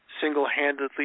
single-handedly